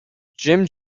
jim